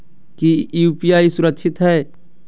की यू.पी.आई सुरक्षित है?